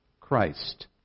Christ